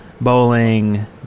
bowling